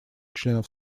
членов